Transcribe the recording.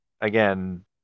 again